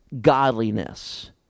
godliness